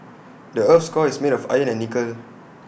the Earth's core is made of iron and nickel